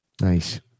Nice